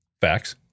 facts